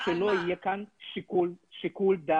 כך שלא יהיה כאן שיקול דעת